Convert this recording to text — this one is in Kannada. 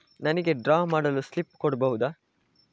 ನನಿಗೆ ಡ್ರಾ ಮಾಡಲು ಸ್ಲಿಪ್ ಕೊಡ್ಬಹುದಾ?